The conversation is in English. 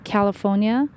California